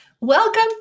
Welcome